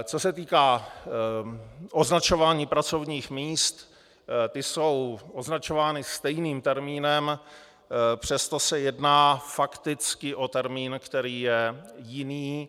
Co se týká označování pracovních míst, ta jsou označována stejným termínem, přesto se jedná fakticky o termín, který je jiný.